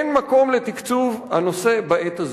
אין מקום לתקצוב הנושא בעת הזאת".